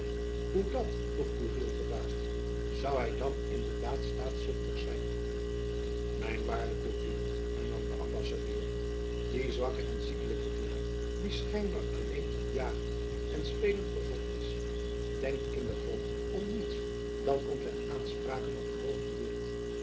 hoe dat vroeg gourville verbaasd zoû hy dan in de daad staatzuchtig zijn mijn waarde gourville hernam de ambassadeur die zwakke en ziekelijke knaap die schijnbaar alleen op jagen en spelen verzot is denkt in den grond om niets dan om zijn aanspraken jacob van lennep elizabeth musch op het hoog